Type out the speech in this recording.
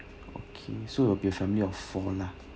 okay so it'll be a family of four lah